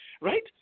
right